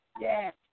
Yes